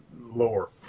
lower